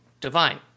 divine